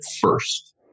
first